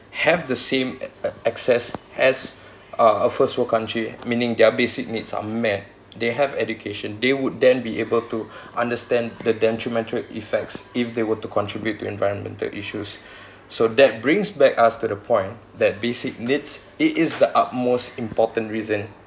have the same a~ a~ access as uh a first world country meaning their basic needs are met they have education they would then be able to understand the detrimental effects if they were to contribute to environmental issues so that brings back us to the point that basic needs it is the utmost important reason